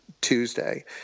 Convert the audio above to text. Tuesday